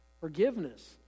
Forgiveness